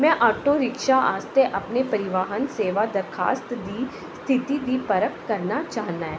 में auto rickshaw आस्तै अपने परिवहन सेवा दरखास्त दी स्थिति दी परख करना चाह्न्ना ऐ